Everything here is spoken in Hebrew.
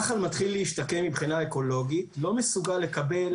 נחל מתחיל להשתקם מבחינה אקולוגית, לא מסוגל לקבל,